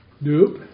Nope